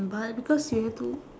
but because you had to